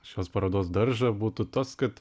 šios parodos daržą būtų tas kad